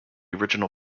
original